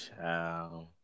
Ciao